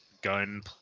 gun